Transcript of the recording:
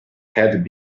had